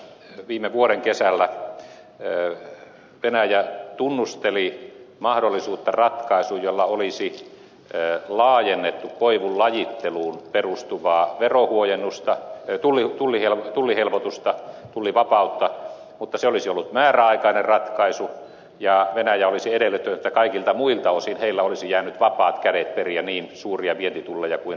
viime vuoden kesällä venäjä tunnusteli mahdollisuutta ratkaisuun jolla olisi laajennettu koivun lajitteluun perustuvaa verohuojennusta ja tuli tuli ja tuli tullihelpotusta tullivapautta mutta se olisi ollut määräaikainen ratkaisu ja venäjä olisi edellyttänyt että kaikilta muilta osin heille olisi jäänyt vapaat kädet periä niin suuria vientitulleja kuin he haluaisivat